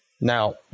Now